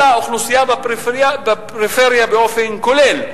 אלא על האוכלוסייה בפריפריה באופן כולל,